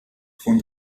von